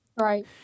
Right